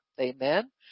Amen